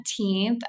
17th